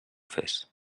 fes